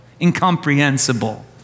incomprehensible